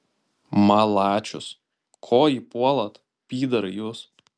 malačius ko jį puolat pyderai jūs